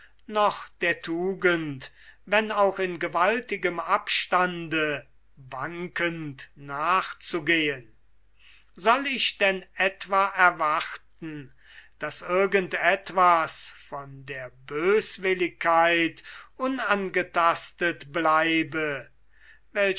noch der tugend wenn auch in gewaltigem abstande wankend nachzugehen soll ich denn etwa erwarten daß irgend etwas von der böswilligkeit unangetastet bleibe